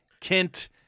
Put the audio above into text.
Kent